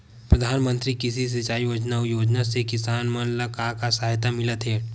प्रधान मंतरी कृषि सिंचाई योजना अउ योजना से किसान मन ला का सहायता मिलत हे?